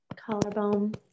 Collarbone